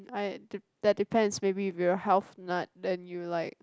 I de~ that depends maybe if you're a health nut then you'll like